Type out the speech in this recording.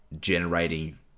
generating